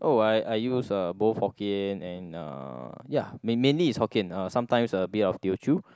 oh I I use uh both Hokkien and uh ya main mainly is Hokkien uh sometimes a bit of Teochew